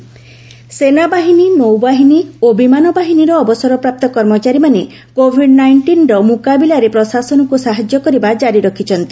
X serviceman ସେନାବାହିନୀ ନୌବାହିନୀ ଓ ବିମାନ ବାହିନୀର ଅବସରପ୍ରାପ୍ତ କର୍ମଚାରୀମାନେ କୋଭିଡ୍ ନାଇଷ୍ଟିନ୍ର ମୁକାବିଲାରେ ପ୍ରଶାସନକୁ ସାହାଯ୍ୟ କରିବା କାରି ରଖିଛନ୍ତି